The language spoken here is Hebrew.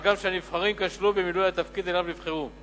מה גם שהנבחרים כשלו במילוי התפקיד שאליו נבחרו.